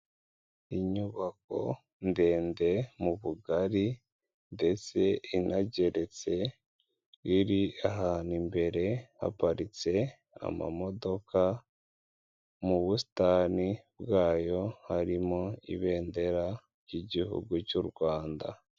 Inyubako ndende mu bugari ndetse inageretse iri ahantu imbere haparitse amamodoka, mu busitani bwayo harimo ibendera ry'igihugu cy'u Rwanda.